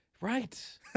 Right